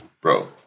bro